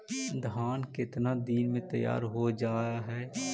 धान केतना दिन में तैयार हो जाय है?